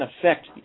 affect